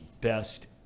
best